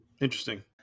Interesting